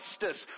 justice